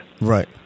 right